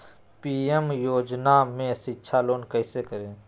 PM योजना में शिक्षा लोन कैसे करें?